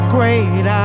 Great